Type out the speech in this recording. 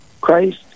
Christ